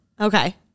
Okay